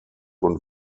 und